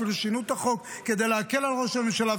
אפילו שינו את החוק כדי להקל על ראש הממשלה,